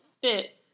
fit